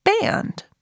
band